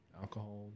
alcohol